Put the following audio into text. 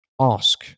ask